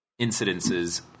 incidences